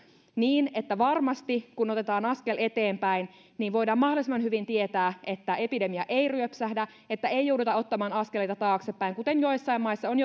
niin että varmasti kun otetaan askel eteenpäin voidaan mahdollisimman hyvin tietää että epidemia ei ryöpsähdä niin että ei jouduta ottamaan askeleita taaksepäin kuten joissain maissa on